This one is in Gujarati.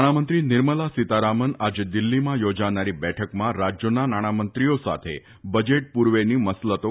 નાણામંત્રી નિર્મલા સીતારામન આજે દિલ્ફીમાં યોજાનારી બેઠકમાં રાજ્યોના નાણામંત્રીઓ સાથે બજેટ પૂર્વેની મસલતો કરશે